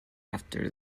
after